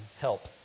Help